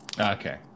okay